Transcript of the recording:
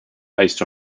based